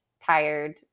tired